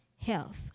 health